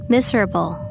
Miserable